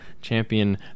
champion